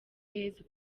yezu